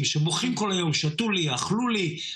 בתקופה הכי מאתגרת לכלכלת ישראל,